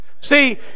See